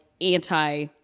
anti